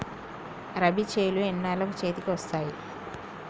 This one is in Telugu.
రబీ చేలు ఎన్నాళ్ళకు చేతికి వస్తాయి?